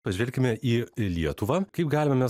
pažvelkime į lietuvą kaip galime